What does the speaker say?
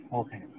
okay